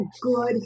good